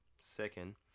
Second